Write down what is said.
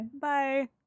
Bye